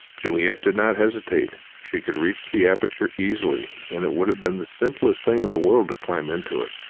juliet did not hesitate. she could reach the aperture easily, and it would have been the simplest thing in the world to climb into it,